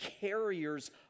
carriers